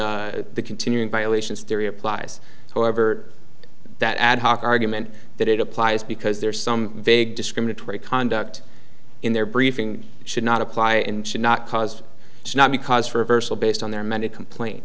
that the continuing violations theory applies however that ad hoc argument that it applies because there is some vague discriminatory conduct in their briefing should not apply and should not cause to not be cause for reversal based on their men to complain